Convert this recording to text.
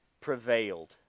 prevailed